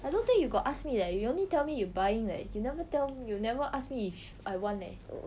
I don't think you got ask me leh you only tell me you buying leh you never tell you never ask me if I want leh